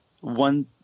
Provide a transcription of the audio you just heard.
one